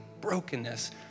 brokenness